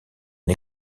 une